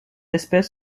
espèce